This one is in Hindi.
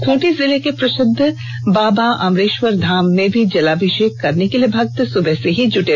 खूंटी जिले के प्रसिद्ध बाबा आमरेश्वरधाम में भी जलाभिषेक करने के लिए भक्त सुबह से ही जुट रहे